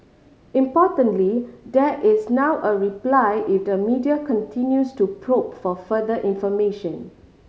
importantly there is now a reply if the media continues to probe for further information